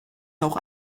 auch